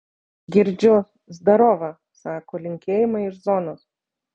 girdžiu zdarova sako linkėjimai iš zonos